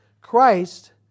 Christ